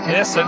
Yes